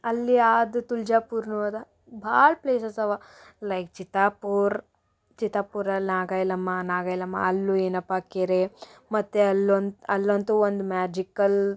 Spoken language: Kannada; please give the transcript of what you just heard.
ಅಲ್ಲಿ ಅದು ತುಳ್ಜಾಪುರ್ ಹೋದ ಭಾಳ ಪ್ಲೇಸಸ್ ಅವ ಲೈಕ್ ಚಿತ್ತಾಪುರ್ ಚಿತ್ತಾಪುರಲ್ ನಾಗ ಎಲ್ಲಮ್ಮ ನಾಗ ಎಲ್ಲಮ್ಮ ಅಲ್ಲೂ ಏನಪ್ಪಾ ಕೆರೆ ಮತ್ತು ಅಲ್ ಒನ್ ಅಲ್ಲಂತೂ ಒಂದು ಮ್ಯಾಜಿಕಲ್